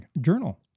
journal